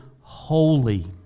holy